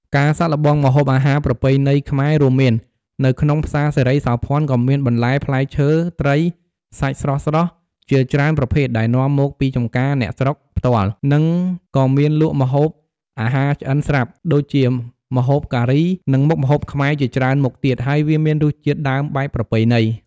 ការសាកល្បងម្ហូបអាហារប្រពៃណីខ្មែររួមមាន នៅក្នុងផ្សារសិរីសោភ័ណក៏មាន បន្លែ ផ្លែឈើត្រី សាច់ស្រស់ៗជាច្រើនប្រភេទដែលនាំមកពីចម្ការអ្នកស្រុកផ្ទាល់ និងកមានលក់ម្ហូបអាហារឆ្អិនស្រាប់ ដូចជាម្ហូបការី និងមុខម្ហូបខ្មែរជាច្រើនមុខទៀត ហើយវាមានរសជាតិដើមបែបប្រពៃណី។